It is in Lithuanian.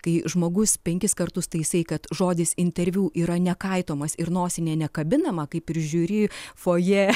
kai žmogus penkis kartus taisai kad žodis interviu yra nekaitomas ir nosinė nekabinama kaip ir žiuri fojė